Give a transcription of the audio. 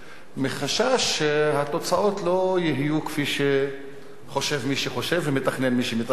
מחשש שהתוצאות לא יהיו כפי שחושב מי שחושב ומתכנן מי שמתכנן,